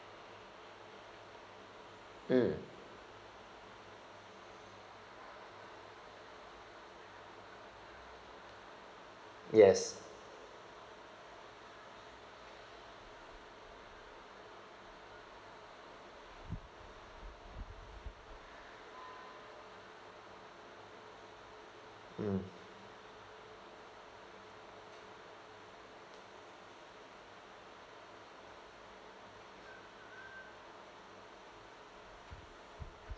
mm yes mm